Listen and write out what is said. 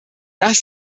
das